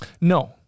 No